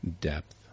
depth